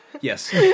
yes